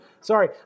sorry